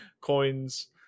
coins